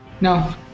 No